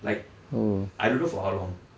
like I don't know for how long